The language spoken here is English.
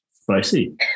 Spicy